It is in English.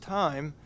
time